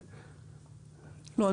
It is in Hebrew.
לא,